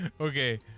Okay